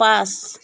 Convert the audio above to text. pass